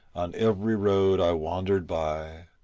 on every road i wandered by,